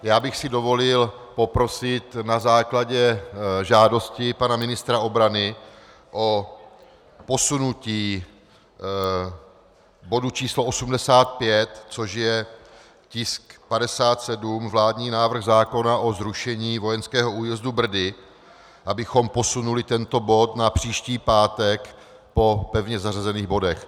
Já bych si dovolil poprosit na základě žádosti pana ministra obrany o posunutí bodu číslo 85, což je tisk 57, vládní návrh zákona o zrušení vojenského újezdu Brdy, abychom posunuli tento bod na příští pátekv po pevně zařazených bodech.